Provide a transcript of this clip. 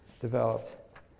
developed